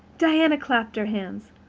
diana clapped her hands.